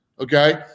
okay